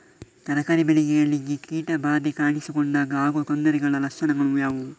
ತರಕಾರಿ ಬೆಳೆಗಳಿಗೆ ಕೀಟ ಬಾಧೆ ಕಾಣಿಸಿಕೊಂಡಾಗ ಆಗುವ ತೊಂದರೆಗಳ ಲಕ್ಷಣಗಳು ಯಾವುವು?